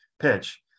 pitch